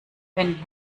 wenn